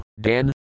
Dan